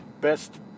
best